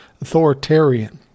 authoritarian